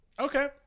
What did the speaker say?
Okay